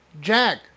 Jack